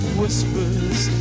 whispers